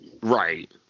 Right